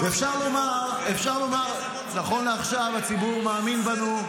אפשר לומר, נכון לעכשיו, שהציבור מאמין בנו.